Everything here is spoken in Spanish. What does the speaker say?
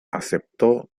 aceptó